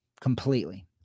completely